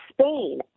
Spain